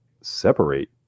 Separate